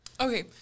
okay